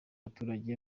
abaturage